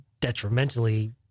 detrimentally